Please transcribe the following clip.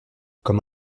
comme